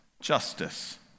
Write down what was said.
justice